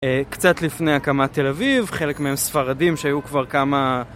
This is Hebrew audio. קצת לפני הקמת תל אביב, חלק מהם ספרדים שהיו כבר כמה...